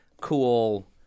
cool